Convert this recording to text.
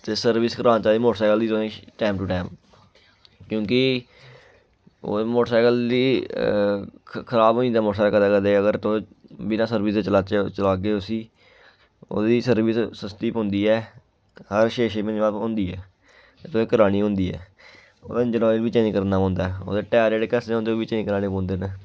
ते सर्विस करानी चाहिदी मोटरसैकल दी तुसेंगी टाइम टू टाइम क्योंकि ओह् मोटरसैकल दी खराब होई जंदा ऐ मोटरसैकल कदें कदें अगर तुस बिना सर्विस दे चलाचे चलागे उसी ओह्दी सर्विस सस्ती पौंदी ऐ हर छे छे म्हीने बाद होंदी ऐ ते तुसें करानी होंदी ऐ ओह्दे इंजन आयल बी चेंज करना पौंदा ऐ ओह्दे टैर जेह्ड़े घसे दे होंदे ओह् बी चेंज कराने पौंदे न